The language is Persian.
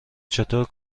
چطور